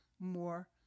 more